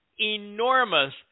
enormous